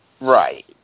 Right